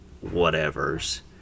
whatever's